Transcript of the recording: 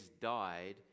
died